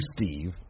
Steve